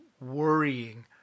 worrying